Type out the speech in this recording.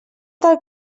del